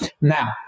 now